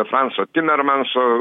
franso timermenso